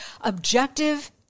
objective